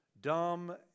dumb